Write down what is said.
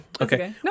okay